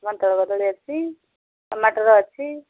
ବନ୍ତଳ କଦଳୀ ଅଛି ଟମାଟର ଅଛି